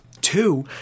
Two